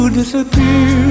disappear